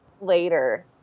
Later